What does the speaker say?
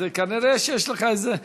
אז כנראה יש לך איזה,